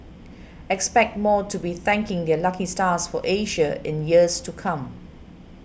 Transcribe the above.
expect more to be thanking their lucky stars for Asia in years to come